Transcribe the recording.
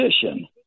position